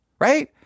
right